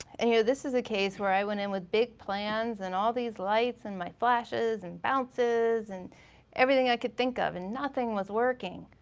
and you know this is a case where i went in with big plans and all these lights and my flashes and bounces and everything i could think of and nothing was working.